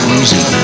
easy